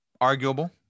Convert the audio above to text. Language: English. Arguable